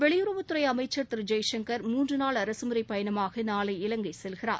வெளியுறவுத்துறை அமைச்சர் திரு ஜெய்சங்கர் மூன்று நாள் அரசுமுறை பயணமாக நாளை இவங்கை செல்கிறார்